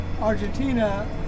Argentina